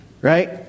Right